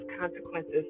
consequences